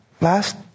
last